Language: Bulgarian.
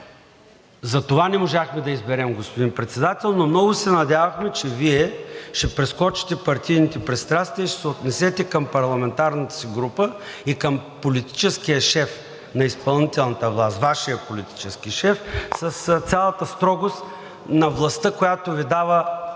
Затова не можахме да изберем, господин Председател, но много се надявахме, че Вие ще прескочите партийните пристрастия и ще се отнесете към парламентарната си група и към политическия шеф на изпълнителната власт – Вашият политически шеф, с цялата строгост на властта, която Ви дава